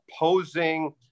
opposing